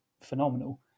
phenomenal